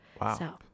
Wow